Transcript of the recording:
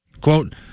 Quote